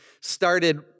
started